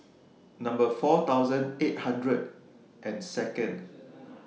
Number four thousand eight hundred and Second